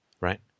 Right